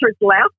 left